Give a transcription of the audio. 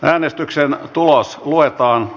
äänestyksen tulos luetaan